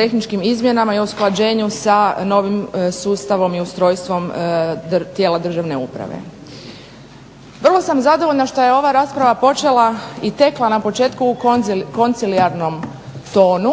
tehničkim izmjenama i o usklađenju sa novim sustavom i ustrojstvom tijela državne uprave. Vrlo sam zadovoljna što je ova rasprava počela i tekla na početku u koncilijarnom tonu